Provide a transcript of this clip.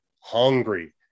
hungry